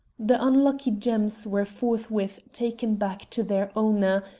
the unlucky gems were forthwith taken back to their owner,